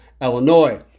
Illinois